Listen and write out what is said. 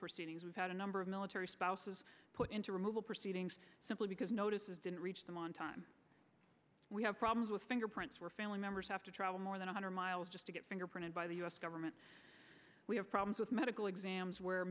proceedings we've had a number of military spouses put into removal proceedings simply because notices didn't reach them on time we have problems with fingerprints were family members have to travel more than a hundred miles just to get fingerprinted by the u s government we have problems with medical exams where